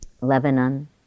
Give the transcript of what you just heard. Lebanon